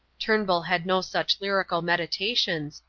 turnbull had no such lyrical meditations,